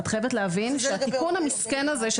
את חייבת להבין שהתיקון המסכן הזה של